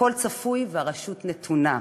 הכול צפוי והרשות נתונה.